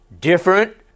different